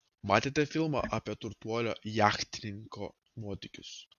matėte filmą apie turtuolio jachtininko nuotykius